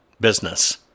business